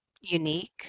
unique